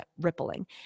rippling